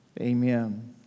amen